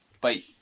Bye